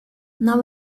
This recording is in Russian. нам